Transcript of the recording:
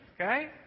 Okay